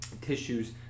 tissues